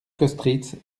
kostritz